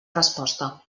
resposta